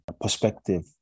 perspective